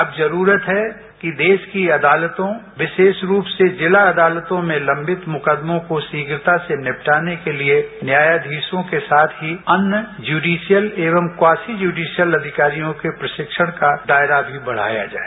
अब जरूरत है कि देश की अदालतों विशेष रूप से जिला अदालतों में लंबित मुकदमों को शीघ्रता से निपटाने के लिए न्यायाधीशों के साथ ही अन्य ज्यूडिशियल एवं क्वासी ज्यूडिशियल अधिकारियों के प्रशिक्षण का दायरा भी बढ़ाया जाए